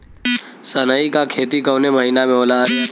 सनई का खेती कवने महीना में होला?